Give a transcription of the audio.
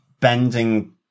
bending